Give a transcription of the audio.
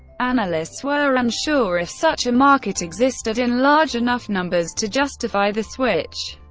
analysts were unsure if such a market existed in large enough numbers to justify the switch.